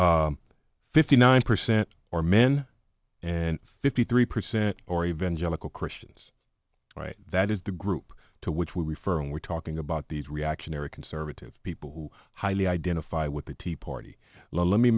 more fifty nine percent are men and fifty three percent or evangelical christians that is the group to which we're referring we're talking about these reactionary conservative people who highly identify with the tea party let me